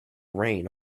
rain